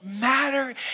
matter